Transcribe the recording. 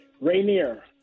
Rainier